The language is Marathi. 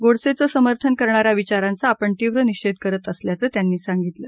गोडसेंचं समर्थन करणाऱ्या विचारांचा आपण तीव्र निषेध करत असल्याचं त्यांनी सांगितलं